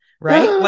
right